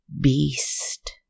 beast